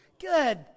Good